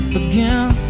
again